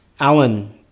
alan